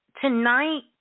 tonight